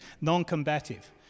non-combative